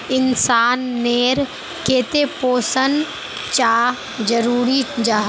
इंसान नेर केते पोषण चाँ जरूरी जाहा?